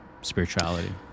spirituality